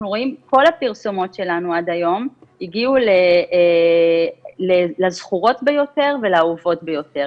כל הפרסומות שלנו עד היום הגיעו לזכורות ביותר ולאהובות ביותר.